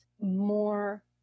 more